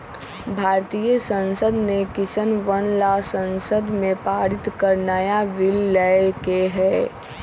भारतीय संसद ने किसनवन ला संसद में पारित कर नया बिल लय के है